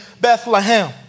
Bethlehem